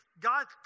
God